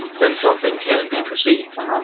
then something can be perceived.